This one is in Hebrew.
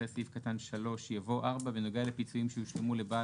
אחרי סעיף קטן (3) יבוא: "(4)בנוגע לפיצויים שישולמו לבעל